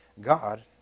God